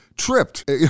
Tripped